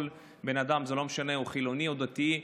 כל בן אדם, לא משנה אם חילוני או דתי,